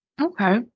Okay